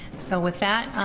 so with that,